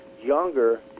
younger